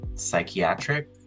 psychiatric